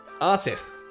artist